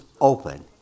open